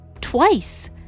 Twice